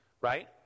right